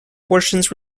portions